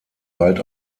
bald